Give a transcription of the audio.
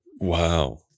Wow